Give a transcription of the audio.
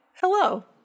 hello